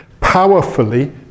powerfully